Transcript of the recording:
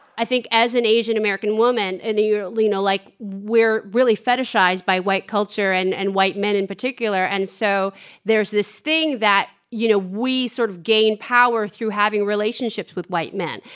i think as an asian american woman, you you know, like, we're really fetishized by white culture and and white men in particular. and so there's this thing that, you know, we sort of gain power through having relationships with white men.